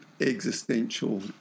existential